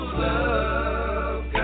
love